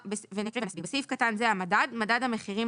בסעיף קטן זה - "המדד" מדד המחירים